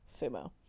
Sumo